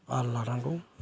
थाल लानांगौ